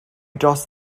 dros